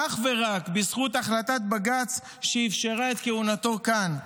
אך ורק בזכות החלטת בג"ץ שאפשרה את כהונתו כאן.